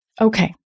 Okay